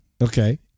Okay